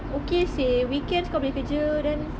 okay seh weekends kau boleh kerja then